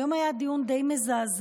היום היה דיון די מזעזע,